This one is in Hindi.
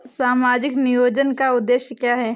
सामाजिक नियोजन का उद्देश्य क्या है?